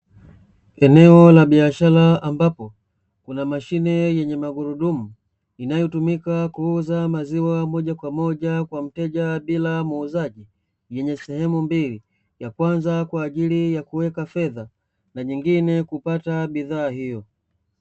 Eneo la biashara ambapo kuna mashine yenye magurudumu inayotumika kuuza maziwa moja kwa moja kwa mteja, bila muuzaji yenye sehemu mbili ya kwanza kwa ajili ya kuweka fedha na nyingine kupata bidhaa hiyo.